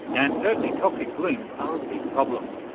and certainly toxic blooms are a big problem,